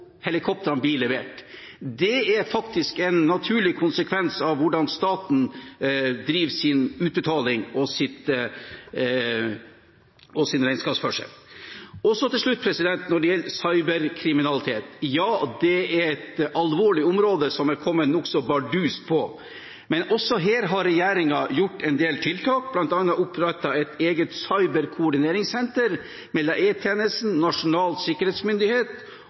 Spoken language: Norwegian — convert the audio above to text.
helikoptrene blir levert. Det er faktisk en naturlig konsekvens av hvordan staten driver når det gjelder utbetaling og regnskapsførsel. Til slutt, når det gjelder cyberkriminalitet: Ja, det er et alvorlig område som er kommet nokså bardust på. Men også her har regjeringen gjort en del tiltak, bl.a. opprettet et eget cyberkoordineringssenter mellom E-tjenesten, Nasjonal sikkerhetsmyndighet